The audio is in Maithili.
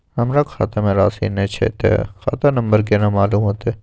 हमरा खाता में राशि ने छै ते खाता नंबर केना मालूम होते?